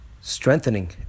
strengthening